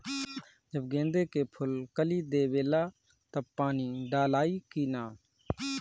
जब गेंदे के फुल कली देवेला तब पानी डालाई कि न?